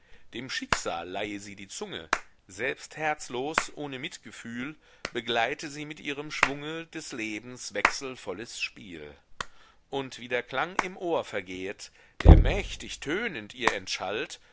dem schicksal leihe sie die zunge selbst herzlos ohne mitgefühl begleite sie mit ihrem schwunge des lebens wechselvolles spiel und wie der klang im ohr vergehet der mächtig tönend ihr